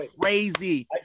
crazy